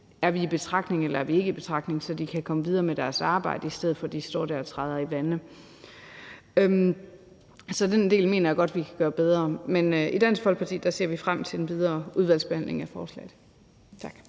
de er i betragtning eller ej, så de kan komme videre med deres arbejde i stedet for at stå der og træde vande. Så den del mener jeg godt vi kan gøre bedre. I Dansk Folkeparti ser vi frem til den videre udvalgsbehandling af forslaget. Tak.